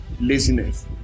Laziness